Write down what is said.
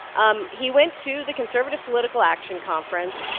um he went to the conservative political action conference,